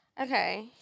okay